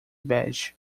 bege